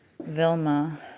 Vilma